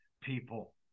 people